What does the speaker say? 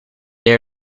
they